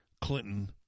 Clinton